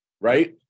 Right